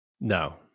no